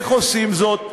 איך עושים זאת?